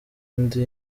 ndi